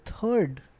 third